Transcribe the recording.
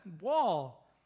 wall